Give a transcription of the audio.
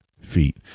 feet